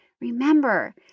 remember